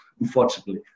unfortunately